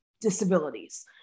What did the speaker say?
disabilities